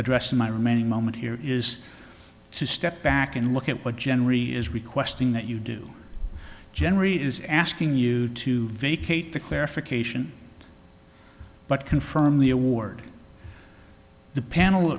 address in my remaining moment here is to step back and look at what generally is requesting that you do generally is asking you to vacate the clarification but confirm the award the panel